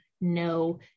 no